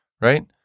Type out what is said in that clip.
right